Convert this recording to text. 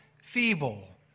feeble